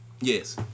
Yes